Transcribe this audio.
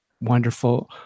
wonderful